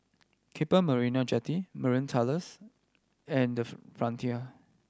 Keppel Marina Jetty Marine Terrace and The Frontier